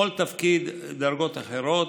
לכל תפקיד דרגות אחרות,